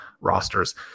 rosters